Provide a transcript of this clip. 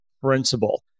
principle